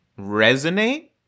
resonate